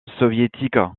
soviétiques